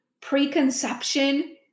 preconception